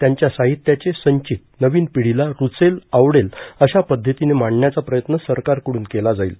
त्यांच्या साहित्याचे संचित नवीन पिढीला रुचेल आवडेल अशा पद्धतीनं मांडण्याचा प्रयत्न सरकारकडून केला जाईल